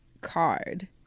card